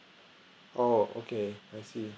oh okay I see